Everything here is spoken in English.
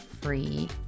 free